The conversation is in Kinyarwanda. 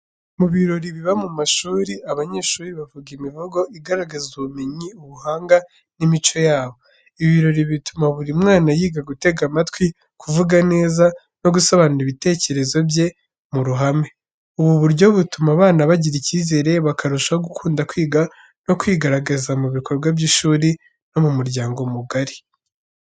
Mu birori biba mu mashuri, abanyeshuri bavuga imivugo igaragaza ubumenyi, ubuhanga n’imico yabo. Ibi birori bituma buri mwana yiga gutega amatwi, kuvuga neza no gusobanura ibitekerezo bye mu ruhame. Ubu buryo butuma abana bagira icyizere bakarushaho gukunda kwiga no kwigaragaza mu bikorwa by’ishuri no mu muryango mugari.